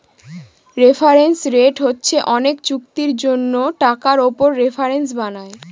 reference rate হচ্ছে অনেক চুক্তির জন্য টাকার উপর রেফারেন্স বানায়